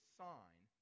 sign